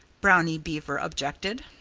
brownie beaver objected.